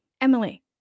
emily